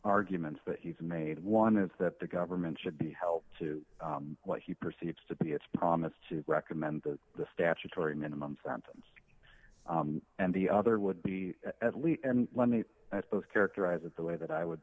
arguments that he's made one is that the government should be held to what he perceives to be its promise to recommend the statutory minimum sentence and the other would be at least and let me both characterize it the way that i would